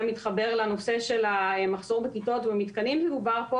מתחבר לנושא של המחסור בכיתות ובמתקנים שדובר פה